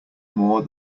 more